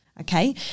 okay